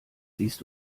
siehst